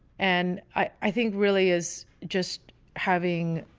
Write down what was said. and i think really is just having